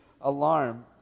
alarm